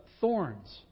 thorns